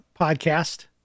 podcast